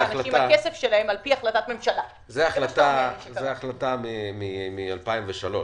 זאת החלטה מ-2003.